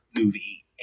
movie